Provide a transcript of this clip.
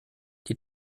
die